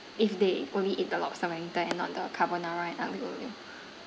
if they only eat the lobster wellington and not the carbonara and aglio olio